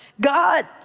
God